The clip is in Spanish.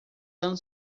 tan